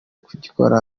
kugikora